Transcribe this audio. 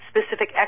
specific